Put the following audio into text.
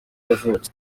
yavutse